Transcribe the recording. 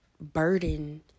burden